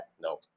no